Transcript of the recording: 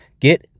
Get